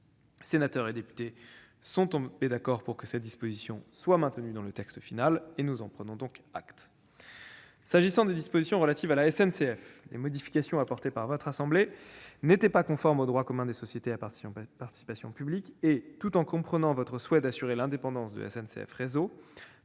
Sénateurs et députés sont tombés d'accord pour que cette disposition soit maintenue dans le texte final, et nous en prenons donc acte. S'agissant des dispositions relatives à la SNCF, les modifications apportées par votre assemblée n'étaient pas conformes au droit commun des sociétés à participation publique et, tout en comprenant votre souhait d'assurer l'indépendance de SNCF Réseau,